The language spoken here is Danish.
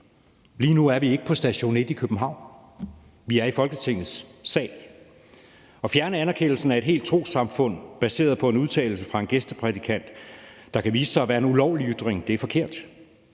Lige nu er vi ikke på Station 1 i København. Vi er i Folketingssalen. At fjerne anerkendelsen af et helt trossamfund baseret på en udtalelse fra en gæsteprædikant, der kan vise sig at være en ulovlig ytring, er forkert.